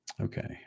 Okay